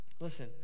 Listen